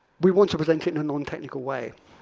we want to present it in a non-technical way.